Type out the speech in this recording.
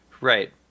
Right